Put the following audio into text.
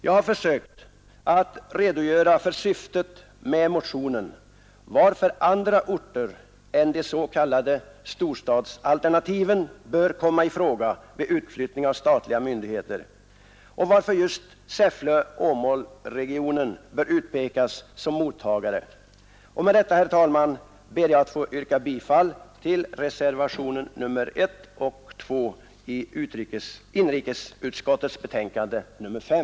Jag har försökt redogöra för syftet med motionen, varför andra orter än de s.k. storstadsalternativen bör komma i fråga vid utflyttning av statliga myndigheter och varför just Säffle-Åmålregionen bör utpekas som mottagare. Med detta, herr talman, ber jag att få yrka bifall till reservationerna 1 och 2 till inrikesutskottets betänkande nr 5.